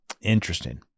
Interesting